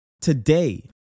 today